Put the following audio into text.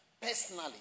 personally